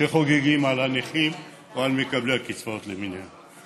שחוגגים על נכים ועל מקבלי קצבאות למיניהם.